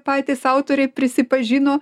patys autoriai prisipažino